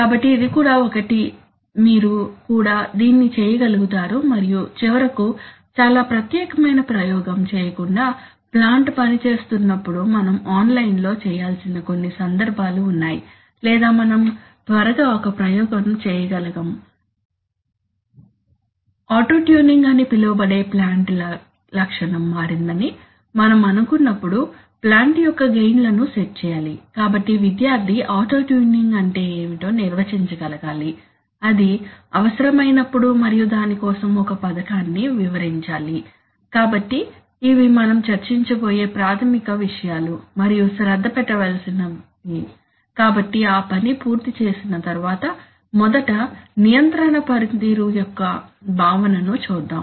కాబట్టి ఇది కూడా ఒకటి మీరు కూడా దీన్ని చేయగలుగుతారు మరియు చివరకు చాలా ప్రత్యేకమైన ప్రయోగం చేయకుండా ప్లాంట్ పనిచేస్తున్నప్పుడు మనం ఆన్లైన్లో చేయాల్సిన కొన్ని సందర్భాలు ఉన్నాయి లేదా మనం త్వరగా ఒక ప్రయోగం చేయగలం ఆటో ట్యూనింగ్ అని పిలువబడే ప్లాంట్ ల లక్షణం మారిందని మనం అనుకున్నప్పుడు ప్లాంట్ యొక్క గెయిన్ లను సెట్ చేయాలి కాబట్టి విద్యార్థి ఆటో ట్యూనింగ్ అంటే ఏమిటో నిర్వచించగలగాలి అది అవసరమైనప్పుడు మరియు దాని కోసం ఒక పథకాన్ని వివరించాలి కాబట్టి ఇవి మనం చర్చించబోయే ప్రాథమిక విషయాలు మరియు శ్రద్ధ పెట్టవలిసినవి కాబట్టి ఆ పని పూర్తి చేసిన తరువాత మొదట నియంత్రణ పనితీరు యొక్క భావనను చూద్దాం